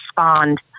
respond